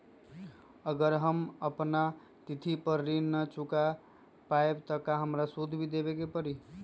अगर हम अपना तिथि पर ऋण न चुका पायेबे त हमरा सूद भी देबे के परि?